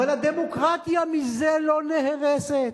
אבל הדמוקרטיה מזה לא נהרסת,